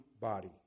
body